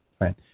Right